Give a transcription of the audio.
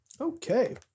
okay